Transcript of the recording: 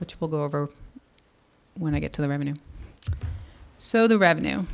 which will go over when i get to the revenue so the revenue